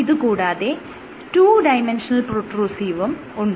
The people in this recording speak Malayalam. ഇത് കൂടാതെ 2D പ്രൊട്രൂസീവും ഉണ്ട്